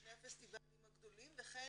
שני הפסטיבלים הגדולים וכן